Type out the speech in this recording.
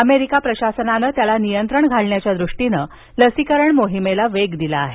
America प्रशासनानं त्याला नियंत्रण घालण्याच्या दृष्टीनं लसीकरण मोहिमेला वेग दिला आहे